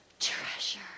treasure